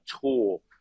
tool